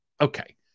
Okay